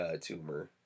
tumor